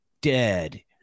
dead